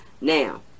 now